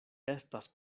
estas